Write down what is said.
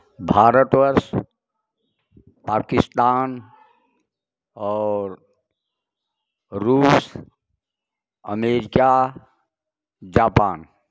भारतवर्ष पाकिस्तान और रूस America Japan